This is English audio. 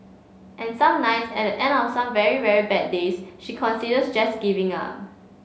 and some nights at the end of some very very bad days she considers just giving up